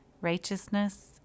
righteousness